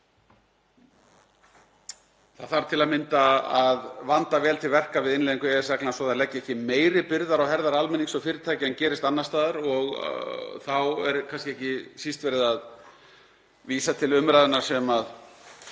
Það þarf til að mynda að vanda vel til verka við innleiðingu EES-reglna svo að þær leggi ekki meiri byrðar á herðar almennings og fyrirtækja en gerist annars staðar og þá er kannski ekki síst verið að vísað til umræðna sem